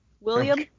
william